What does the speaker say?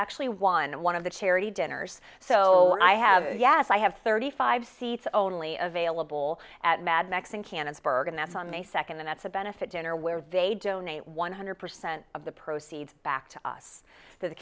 actually won one of the charity dinners so i have yes i have thirty five seats only available at mad max and canons bergen that's on may second and that's a benefit dinner where they donate one hundred percent of the proceeds back to us to the